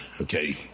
okay